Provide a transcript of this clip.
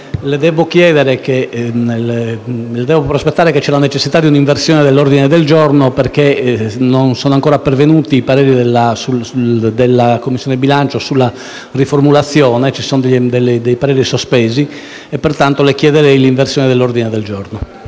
debbo prospettarle la necessita` di un’inversione dell’ordine del giorno, perche´ non sono ancora pervenuti i pareri della Commissione bilancio sulla riformulazione. Ci sono dei pareri sospesi, quindi le chiederei l’inversione dell’ordine del giorno.